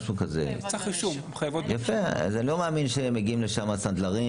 אני לא מאמין שמגיעים לשם סנדלרים